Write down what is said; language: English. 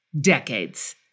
Decades